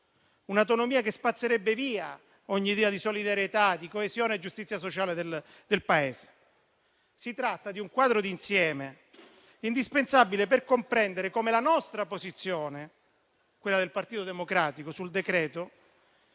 Un'autonomia che spazzerebbe via ogni idea di solidarietà, di coesione e di giustizia sociale nel Paese. Si tratta di un quadro d'insieme indispensabile per comprendere come la nostra posizione sul decreto, quella del Partito Democratico, non